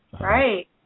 Right